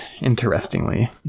interestingly